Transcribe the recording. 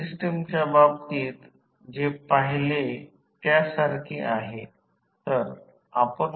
तर अंश आणि संज्ञा यांना N2 ने गुणाकार करा